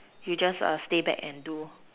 you just stay back and do